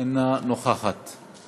חברת הכנסת נורית